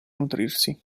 nutrirsi